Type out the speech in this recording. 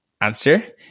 answer